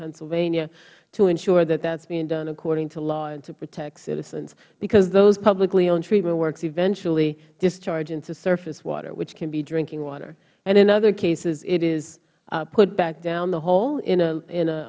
pennsylvania to ensure that that is being done according to law and to protect citizens because those publiclyowned treatment works eventually discharge into surface water which can be drinking water and in other cases it is put back down the hole in